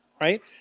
right